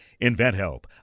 InventHelp